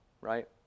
right